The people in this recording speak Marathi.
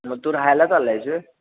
मग तू राहायलाच आला आहेस होय